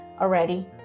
already